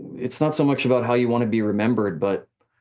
it's not so much about how you wanna be remembered, but